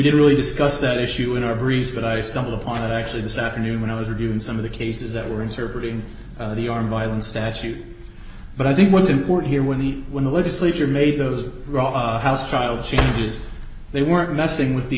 didn't really discuss that issue in our breeze but i stumble upon it actually this afternoon when i was reviewing some of the cases that were interpreting the armed violence statute but i think what's important here when the when the legislature made those house trial changes they weren't messing with the